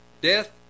death